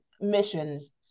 missions